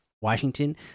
Washington